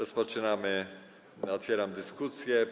Otwieram dyskusję.